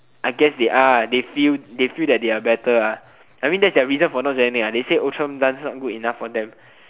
I guess they are they feel they feel that they're better ah I mean that's their reason for not joining ah they say Outram dance not good enough for them